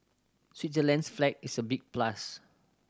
Switzerland's flag is a big plus